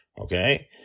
Okay